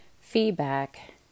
Feedback